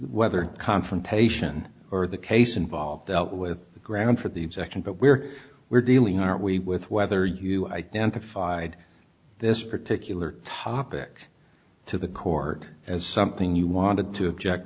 weather confrontation or the case involved with the ground for the second but we're we're dealing aren't we with whether you identified this particular topic to the cork as something you wanted to object